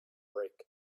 break